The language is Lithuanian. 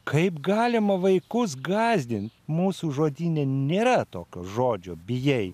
kaip galima vaikus gąsdint mūsų žodyne nėra tokio žodžio bijai